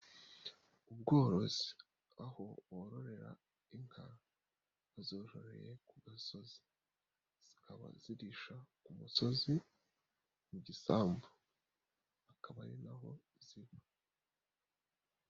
Ubworozi aho bororera inka zororewe ku gasozi zikaba zirisha ku musozi mu gisambu akaba ari naho ho ziba.